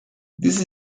this